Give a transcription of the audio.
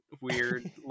weird